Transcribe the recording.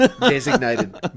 designated